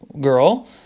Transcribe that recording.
girl